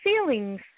feelings